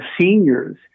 seniors